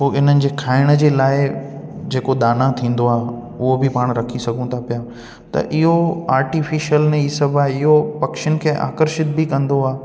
पोइ इन्हनि जे खाइण जे लाइ जेको दाना थींदो आहे उहो बि पाण रखी सघूं था पिया त इहो आर्टिफ़िशल ने ई सभु आहे इहो पखियुनि खे आकर्षित बि कंदो आहे